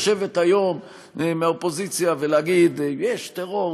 לשבת היום ולהגיד מהאופוזיציה שיש טרור,